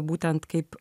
būtent kaip